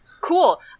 Cool